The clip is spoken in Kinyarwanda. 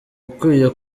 ukwiye